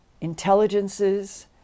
intelligences